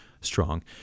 Strong